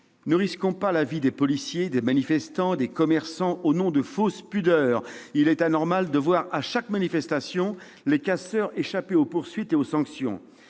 Ne risquons pas la vie des policiers, des manifestants, des commerçants, au nom de fausses pudeurs. Il est anormal de voir, à chaque manifestation, les casseurs échapper aux poursuites et aux sanctions.